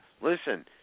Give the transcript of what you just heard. listen